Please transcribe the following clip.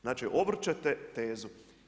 Znači obrćete tezu.